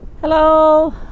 Hello